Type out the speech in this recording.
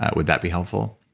ah would that be helpful?